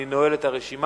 אני נועל את הרשימה.